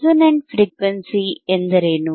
resonant frequency ಎಂದರೆ ಏನು